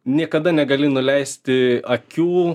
niekada negali nuleisti akių